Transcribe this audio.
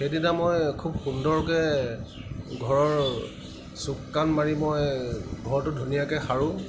সেইদিনা মই খুব সুন্দৰকৈ ঘৰ চুক কাণ মাৰি মই ঘৰটো ধুনীয়াকৈ সাৰোঁ